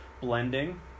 Blending